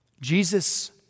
Jesus